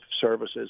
services